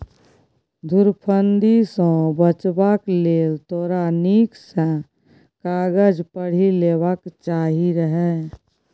धुरफंदी सँ बचबाक लेल तोरा नीक सँ कागज पढ़ि लेबाक चाही रहय